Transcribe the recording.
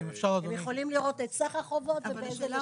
הם יכולים לראות את סך החובות ובאיזה לשכות.